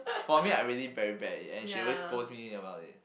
for me I really very bad in and she always scolds me about it